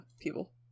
people